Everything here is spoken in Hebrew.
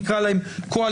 נקרא להם קואליציוניים,